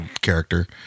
character